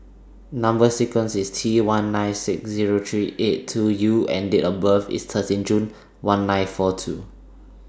Number sequence IS T one nine six Zero three eight two U and Date of birth IS thirteen June one nine four two